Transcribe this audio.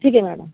ठीक आहे मॅडम